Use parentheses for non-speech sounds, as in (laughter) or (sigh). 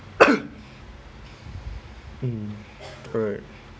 (coughs) mm correct